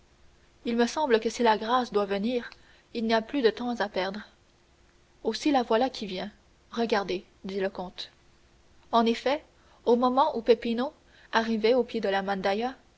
il me semble que si la grâce doit venir il n'y a plus de temps à perdre aussi la voilà qui vient regardez dit le comte en effet au moment où peppino arrivait au pied de la